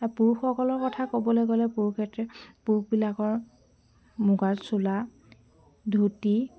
পুৰুষসকলৰ কথা ক'বলৈ গ'লে পুৰুষ সে'তে পুৰুষবিলাকৰ মুগাৰ চোলা ধূতি